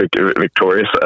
victorious